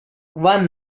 one